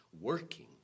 working